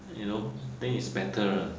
you know think it's better lah